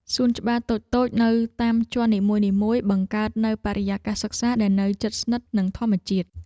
សួនច្បារតូចៗនៅតាមជាន់នីមួយៗបង្កើតនូវបរិយាកាសសិក្សាដែលនៅជិតស្និទ្ធនឹងធម្មជាតិ។